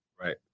right